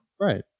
Right